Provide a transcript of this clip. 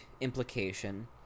implication